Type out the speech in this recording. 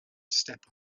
step